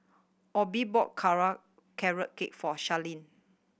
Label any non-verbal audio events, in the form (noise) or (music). Obe bought (unintelligible) Carrot Cake for Sharleen